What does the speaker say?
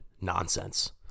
nonsense